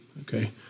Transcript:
Okay